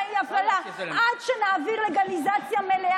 אותה רפורמה אפשרה את סימון אריזת הטיפול בצורה חסרה,